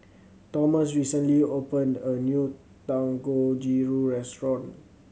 Thomas recently opened a new Dangojiru restaurant